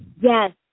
Yes